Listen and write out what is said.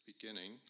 beginning